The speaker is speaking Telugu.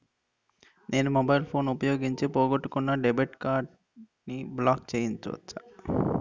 నేను మొబైల్ ఫోన్ ఉపయోగించి పోగొట్టుకున్న డెబిట్ కార్డ్ని బ్లాక్ చేయవచ్చా?